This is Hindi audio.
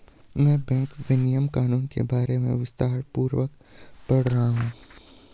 मैं बैंक विनियमन कानून के बारे में विस्तारपूर्वक पढ़ रहा हूं